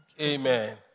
Amen